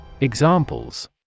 EXAMPLES